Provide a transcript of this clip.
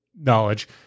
knowledge